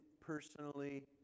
personally